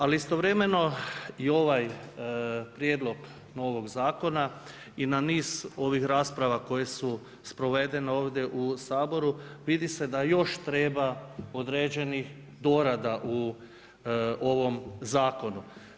Ali, istovremeno, i ovaj prijedlog ovog zakona i na niz ovih rasprava koje su sprovedene ovdje u Saboru, vidi se da još treba određenih dorada u ovom zakonu.